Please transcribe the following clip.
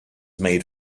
made